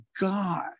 God